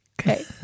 Okay